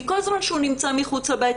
כל זמן שהוא נמצא מחוץ לבית,